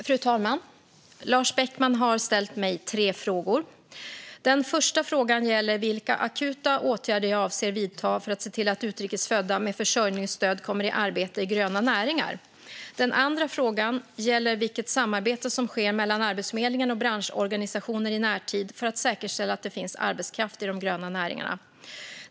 Fru talman! Lars Beckman har ställt mig tre frågor. Den första frågan gäller vilka akuta åtgärder jag avser att vidta för att se till att utrikes födda med försörjningsstöd kommer i arbete i gröna näringar. Den andra frågan gäller vilket samarbete som sker mellan Arbetsförmedlingen och branschorganisationer i närtid för att säkerställa att det finns arbetskraft i de gröna näringarna.